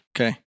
Okay